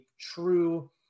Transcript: true